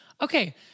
Okay